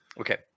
Okay